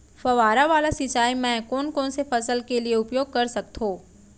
फवारा वाला सिंचाई मैं कोन कोन से फसल के लिए उपयोग कर सकथो?